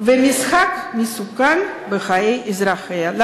ומשחק מסוכן בחיי אזרחיה.